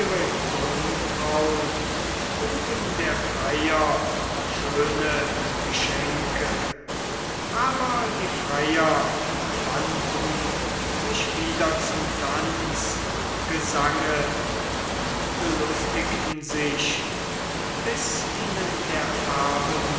jungfraun trugen der freier schöne geschenke aber die freier wandten sich wieder zum tanz und gesange und belustigten sich bis ihnen der abend